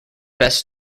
best